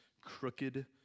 crooked